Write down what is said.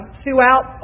throughout